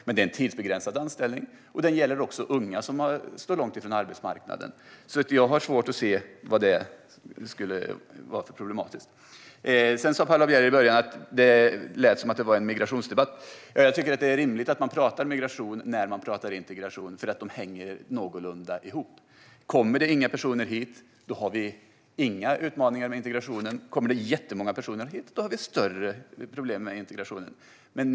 Men det är en tidsbegränsad anställning, och den gäller också unga som står långt från arbetsmarknaden. Jag har svårt att se vad som skulle vara problematiskt med detta. Paula Bieler sa i början att det lät som om detta var en migrationsdebatt. Jag tycker att det är rimligt att man talar om migration när man talar om integration, för de två områdena hänger någorlunda ihop. Om inga personer kommer hit har vi inga utmaningar med integrationen, medan vi om det kommer jättemånga personer hit har större problem med integrationen.